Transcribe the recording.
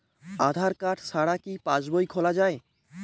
আধার card ছাড়া কি পাসবই খোলা যায়?